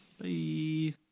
bye